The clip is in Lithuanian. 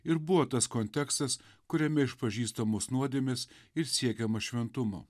ir buvo tas kontekstas kuriame išpažįstamos nuodėmės ir siekiama šventumo